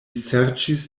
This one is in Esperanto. serĉis